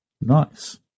Nice